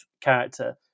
character